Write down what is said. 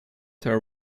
her